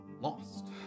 lost